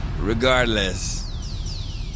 Regardless